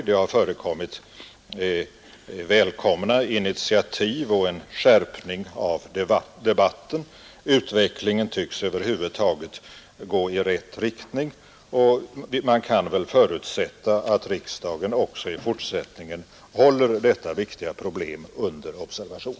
Det har tagits välkommna initiativ, och det har blivit en skärpning av debatten. Utvecklingen tycks över huvud taget gå i rätt riktning, och man kan väl förutsätta att riksdagen i fortsättningen också håller dessa viktiga frågor under observation.